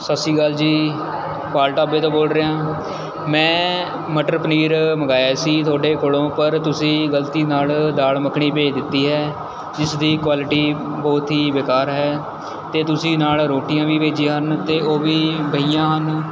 ਸਤਿ ਸ਼੍ਰੀ ਅਕਾਲ ਜੀ ਪਾਲ ਢਾਬੇ ਤੋਂ ਬੋਲ ਰਹੇ ਆਂ ਮੈਂ ਮਟਰ ਪਨੀਰ ਮੰਗਵਾਇਆ ਸੀ ਤੁਹਾਡੇ ਕੋਲ਼ੋਂ ਪਰ ਤੁਸੀਂ ਗਲਤੀ ਨਾਲ ਦਾਲ ਮੱਖਣੀ ਭੇਜ ਦਿੱਤੀ ਹੈ ਜਿਸ ਦੀ ਕੁਆਲਿਟੀ ਬਹੁਤ ਹੀ ਬੇਕਾਰ ਹੈ ਅਤੇ ਤੁਸੀਂ ਨਾਲ ਰੋਟੀਆਂ ਵੀ ਭੇਜੀਆਂ ਹਨ ਅਤੇ ਉਹ ਵੀ ਬਹੀਆਂ ਹਨ